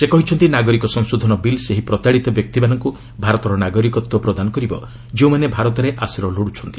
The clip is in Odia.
ସେ କହିଛନ୍ତି ନାଗରିକ ସଂଶୋଧନ ବିଲ୍ ସେହି ପ୍ରତାଡ଼ିତ ବ୍ୟକ୍ତିମାନଙ୍କୁ ଭାରତର ନାଗରିକତ୍ୱ ପ୍ରଦାନ କରିବ ଯେଉଁମାନେ ଭାରତରେ ଆଶ୍ରୟ ଲୋଡୁଛନ୍ତି